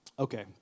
Okay